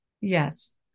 Yes